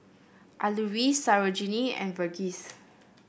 Alluri Sarojini and Verghese